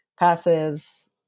Passives